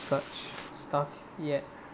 such stuff yet